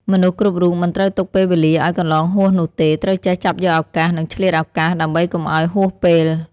មនុស្សគ្រប់រូបមិនត្រូវទុកពេលវេលាឲ្យកន្លងហួសនោះទេ ត្រូវចេះចាប់យកឱកាស និងឆ្លៀតឱកាស ដើម្បីកុំឲ្យហួសពេល។